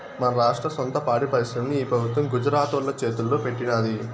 మన రాష్ట్ర సొంత పాడి పరిశ్రమని ఈ పెబుత్వం గుజరాతోల్ల చేతల్లో పెట్టినాది